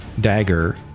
Dagger